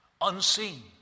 unseen